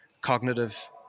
cognitive